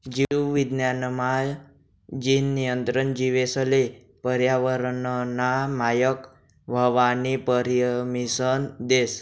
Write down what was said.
जीव विज्ञान मा, जीन नियंत्रण जीवेसले पर्यावरनना मायक व्हवानी परमिसन देस